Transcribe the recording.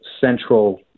central